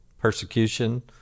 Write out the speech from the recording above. persecution